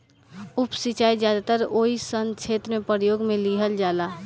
उप सिंचाई ज्यादातर ओइ सन क्षेत्र में प्रयोग में लिहल जाला